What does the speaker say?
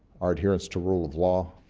our adherence to rule of law,